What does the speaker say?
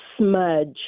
smudge